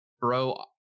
Bro